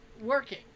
working